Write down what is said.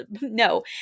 No